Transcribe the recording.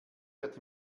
wird